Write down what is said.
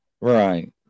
Right